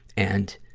and